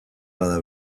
bada